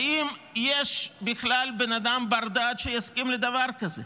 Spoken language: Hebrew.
האם יש בכלל אדם בר דעת שיסכים לדבר כזה?